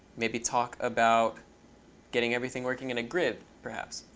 maybe talk about getting everything working in a grid perhaps.